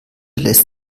lässt